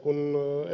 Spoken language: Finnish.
kun ed